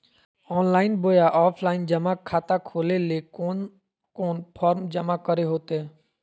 Online बोया offline जमा खाता खोले ले कोन कोन फॉर्म जमा करे होते?